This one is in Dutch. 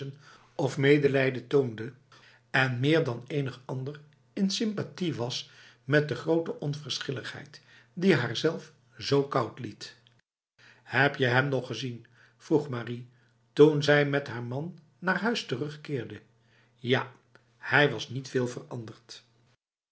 of medelijden toonde en meer dan enig ander in sympathie was met de grote onverschilligheid die haarzelf zo koud liet heb je hem nog gezien vroeg marie toen zij met haar man naar huis terugkeerde ja hij was niet veel veranderd